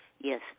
Yes